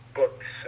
books